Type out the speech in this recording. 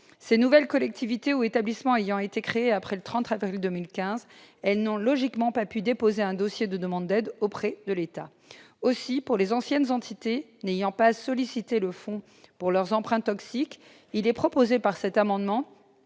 Ces collectivités ou établissements nouveaux ayant été créés après le 30 avril 2015, elles n'ont logiquement pas pu déposer un dossier de demande d'aide auprès de l'État. Aussi, pour les anciennes entités n'ayant pas sollicité le fonds pour leurs emprunts toxiques, il est proposé par cet amendement